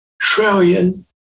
trillion